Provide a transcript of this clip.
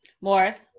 Morris